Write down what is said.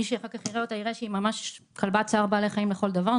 מי שיראה אותה יראה שהיא ממש כלבת צער בעלי חיים לכל דבר,